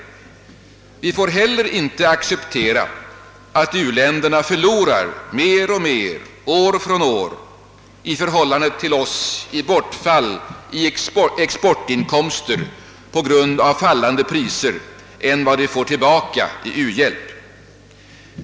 Vi får heller inte acceptera att u-länderna år från år förlorar mer och mer i förhållande till oss genom bortfall av exportinkomster på grund av sjunkande priser än vad de får tillbaka i form av u-hjälp.